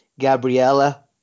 Gabriella